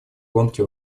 гонки